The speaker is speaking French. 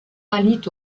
pâlit